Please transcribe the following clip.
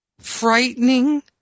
frightening